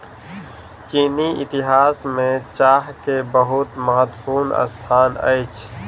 चीनी इतिहास में चाह के बहुत महत्वपूर्ण स्थान अछि